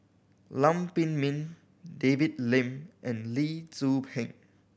Lam Pin Min David Lim and Lee Tzu Pheng